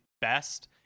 best